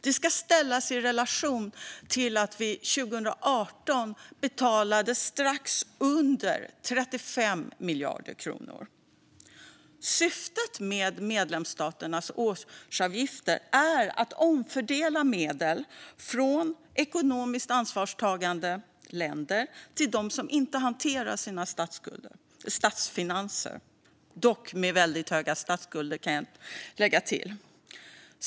Det ska ställas i relation till att vi 2018 betalade strax under 35 miljarder kronor. Syftet med medlemsstaternas årsavgifter är att omfördela medel från ekonomiskt ansvarstagande länder till dem som inte hanterar sina statsfinanser och - det kan tilläggas - som har väldigt höga statsskulder.